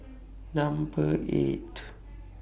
Number eight